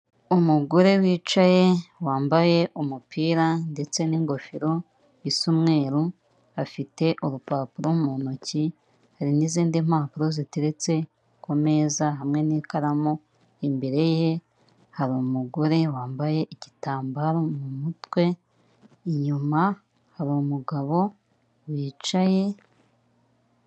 Umugore wicaye wambaye umupira ndetse n'ingofero isa umweru, afite urupapuro mu ntoki hari n'izindi mpapuro ziteretse ku meza hamwe n'ikaramu, imbere ye hari umugore wambaye igitambaro mu mutwe, inyuma hari umugabo wicaye.